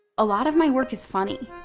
a lot of my work is funny.